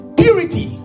purity